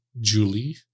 Julie